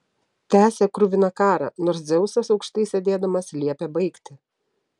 tęsė kruviną karą nors dzeusas aukštai sėdėdamas liepė baigti